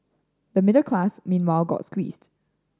the middle class meanwhile got squeezed